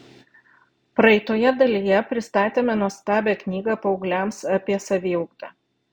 praeitoje dalyje pristatėme nuostabią knygą paaugliams apie saviugdą